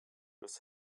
with